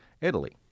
Italy